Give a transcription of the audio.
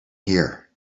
here